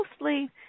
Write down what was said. mostly